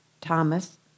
Thomas